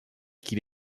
qu’il